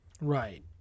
right